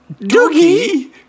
Doogie